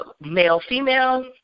male-female